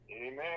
Amen